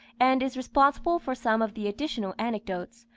and is responsible for some of the additional anecdotes,